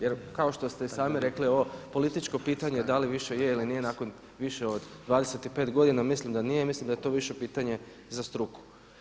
Jer kao što ste i sami rekli ovo političko pitanje da li više je ili nije nakon više od 25 godina, mislim da nije i mislim da je to više pitanje za struku.